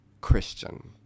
Christian